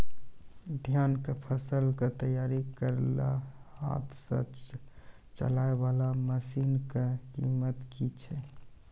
धान कऽ फसल कऽ तैयारी करेला हाथ सऽ चलाय वाला मसीन कऽ कीमत की छै?